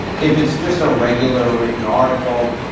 if it's just a regular written article,